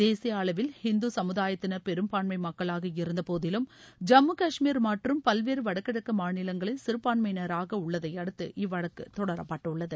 தேசிய அளவில் ஹிந்து சமுதாயத்தினர் பெரும்பான்மை மக்களாக இருந்தபோதிலும் ஜம்மு கஷ்மீர் மற்றும் பல்வேறு வடகிழக்கு மாநிலங்களில் சிறபான்மையினராக உள்ளதையடுத்து இவ்வழக்கு தொடரப்பட்டுள்ளது